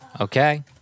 Okay